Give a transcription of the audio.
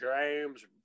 James